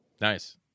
Nice